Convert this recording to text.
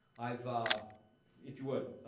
i've, ah if you would.